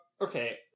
Okay